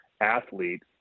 athlete